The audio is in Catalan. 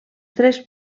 tres